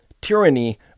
tyranny